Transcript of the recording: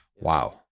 Wow